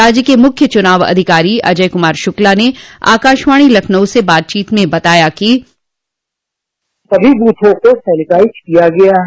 राज्य के मुख्य निर्वाचन अधिकारी अजय कुमार शुक्ला ने आकाशवाणी लखनऊ से बातचीत में बताया कि बाइट सभी बूथों को सेनेटाइज किया गया है